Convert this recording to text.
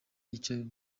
icyo